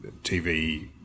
TV